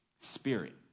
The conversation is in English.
Spirit